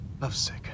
Lovesick